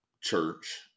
church